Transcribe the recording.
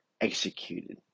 executed